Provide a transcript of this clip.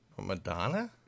madonna